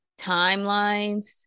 timelines